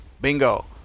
Bingo